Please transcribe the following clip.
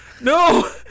no